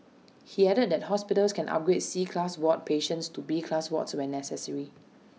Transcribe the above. he added that hospitals can upgrade C class ward patients to B class wards when necessary